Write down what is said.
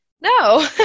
no